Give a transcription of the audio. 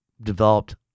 developed